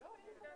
אני פותחת